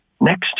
next